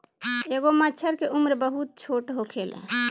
एगो मछर के उम्र बहुत छोट होखेला